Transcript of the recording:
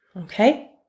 Okay